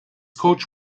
coach